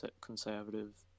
conservative